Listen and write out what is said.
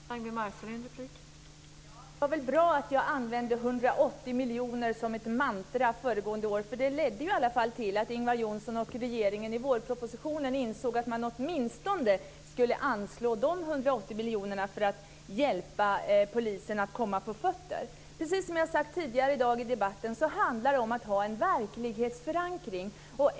Fru talman! Det var bra att jag använde summan 180 miljoner som ett mantra förra året, för det ledde i alla fall till att Ingvar Johnsson och regeringen i vårpropositionen insåg att man åtminstone skulle anslå de 180 miljonerna för att hjälpa polisen att komma på fötter. Precis som jag har sagt tidigare i dag i debatten handlar det om att ha en verklighetsförankring.